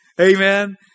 Amen